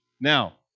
Now